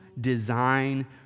design